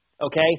okay